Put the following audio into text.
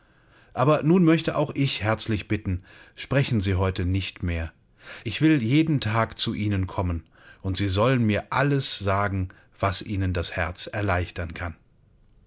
aber nun möchte auch ich herzlich bitten sprechen sie heute nicht mehr ich will jeden tag zu ihnen kommen und sie sollen mir alles sagen was ihnen das herz erleichtern kann